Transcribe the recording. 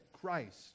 Christ